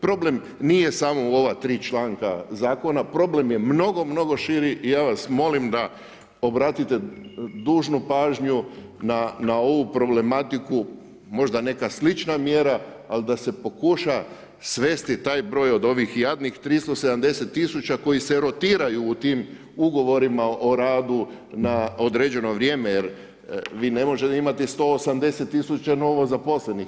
Problem nije samo u ova tri članka Zakona, problem je mnogo, mnogo širi i ja vas molim obratite dužnu pažnju na ovu problematiku, možda neka slična mjera, ali da se pokuša svesti taj broj od ovih jadnih 370 tisuća koji se rotiraju u tim ugovorima o radu na određeno vrijeme jer vi ne možete imati 180 tisuća novozaposlenih.